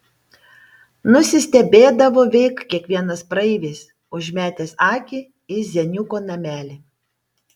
nusistebėdavo veik kiekvienas praeivis užmetęs akį į zeniuko namelį